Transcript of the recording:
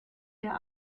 der